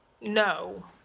no